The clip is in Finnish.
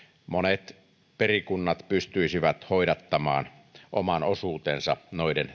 monet perikunnat pystyisivät hoidattamaan oman osuutensa